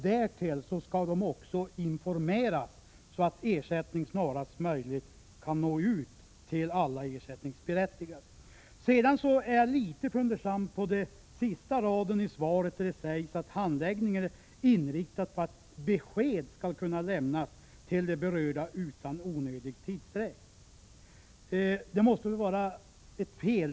De skall också informeras, så att ersättning snarast möjligt kan betalas ut till alla ersättningsberättigade. Jag är litet fundersam med anledning av den sista raden i det skrivna svaret. Där sägs att handläggningen är inriktad på att besked skall kunna lämnas till de berörda utan onödig tidsutdräkt. Det där måste väl ha formulerats fel.